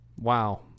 Wow